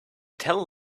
tell